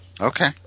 Okay